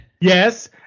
Yes